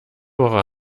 woche